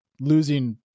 losing